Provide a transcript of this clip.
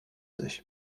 sich